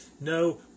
No